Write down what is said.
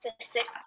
Six